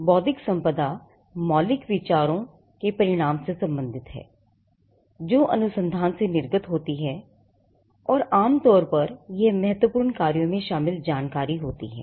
बौद्धिक संपदा मौलिक विचारों के परिणाम से संबंधित है जो अनुसंधान से निर्गत होती हैऔर आम तौर पर यह महत्वपूर्ण कार्यों में शामिल जानकारी होती हैं